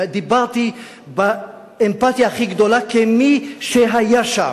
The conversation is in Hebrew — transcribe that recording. ודיברתי באמפתיה הכי גדולה, כמי שהיה שם.